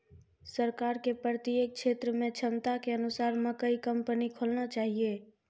सरकार के प्रत्येक क्षेत्र मे क्षमता के अनुसार मकई कंपनी खोलना चाहिए?